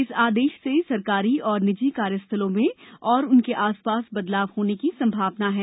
इस आदेश से सरकारी और निजी कार्यस्थलों में तथा उनके आसपास बदलाव होने की संभावना है